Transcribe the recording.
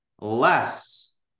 less